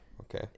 Okay